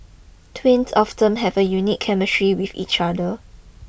twins often have a unique chemistry with each other